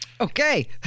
Okay